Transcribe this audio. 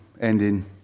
ending